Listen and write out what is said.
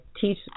teach